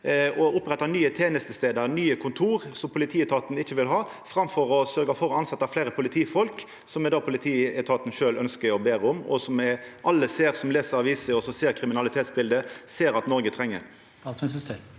å oppretta nye tenestestader, nye kontor, som politietaten ikkje vil ha, framfor å sørgja for å tilsetja fleire politifolk, som er det politietaten sjølv ønskjer og ber om, og som alle me som les aviser og ser kriminalitetsbildet, ser at Noreg treng?